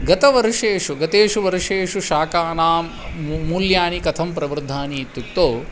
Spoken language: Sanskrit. गतवर्षेषु गतेषु वर्षेषु शाकानां मू मूल्यानि कथं प्रवृद्धानि इत्युक्तौ